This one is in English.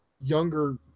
younger